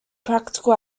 practical